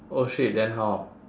oh shit then how